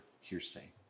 hearsay